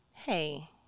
Hey